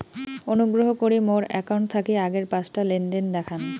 অনুগ্রহ করি মোর অ্যাকাউন্ট থাকি আগের পাঁচটা লেনদেন দেখান